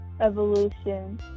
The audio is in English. evolution